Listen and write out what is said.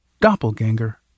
Doppelganger